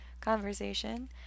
conversation